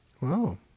Wow